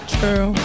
true